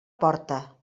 porta